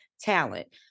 talent